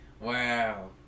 Wow